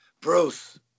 bruce